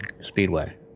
Speedway